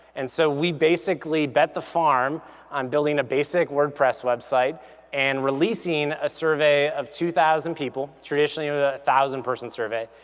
and so we basically bet the farm on building a basic wordpress website and releasing a survey of two thousand people, traditionally ah thousand person survey.